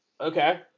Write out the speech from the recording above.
okay